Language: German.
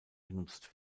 genutzt